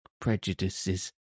prejudices